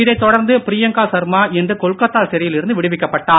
இதைத் தொடர்ந்து பிரியங்கா சர்மா இன்று கொல்கத்தா சிறையில் இருந்து விடுவிக்கப்பட்டார்